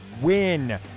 win